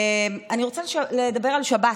אני רוצה לדבר על שבת.